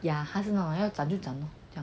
yeah 他是那种要要 zhan 就 zhan